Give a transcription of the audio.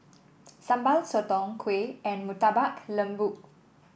Sambal Sotong Kuih and Murtabak Lembu